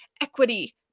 equity